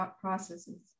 processes